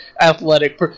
athletic